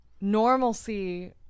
normalcy